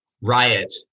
riot